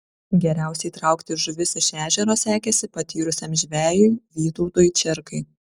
geriausiai traukti žuvis iš ežero sekėsi patyrusiam žvejui vytautui čerkai